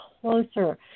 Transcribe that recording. closer